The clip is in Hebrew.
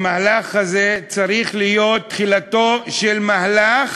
המהלך הזה צריך להיות תחילתו של מהלך